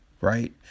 right